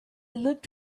looked